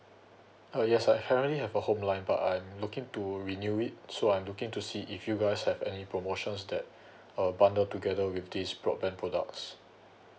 uh yes I currently have a home but I'm looking to renew it so I'm looking to see if you guys have any promotions that uh bundle together with this broadband products